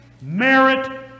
merit